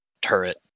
turret